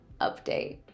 update